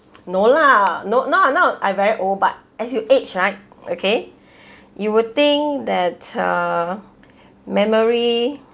no lah no not now I very old but as you age right okay you would think that the memory